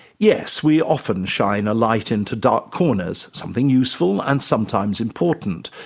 yes, we often shine a light into dark corners something useful and sometimes important.